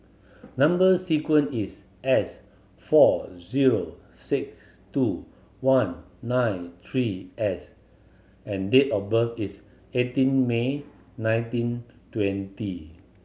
number sequence is S four zero six two one nine three S and date of birth is eighteen May nineteen twenty